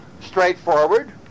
straightforward